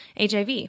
HIV